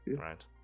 Right